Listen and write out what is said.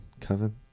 Kevin